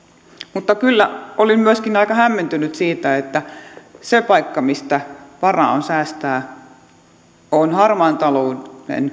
mutta kyllä olin myöskin aika hämmentynyt siitä että se paikka mistä varaa on säästää on harmaan talouden